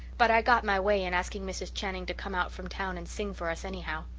but i got my way in asking mrs. channing to come out from town and sing for us, anyhow.